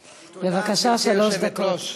בבקשה, שלוש דקות.